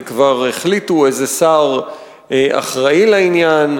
וכבר החליטו איזה שר אחראי לעניין,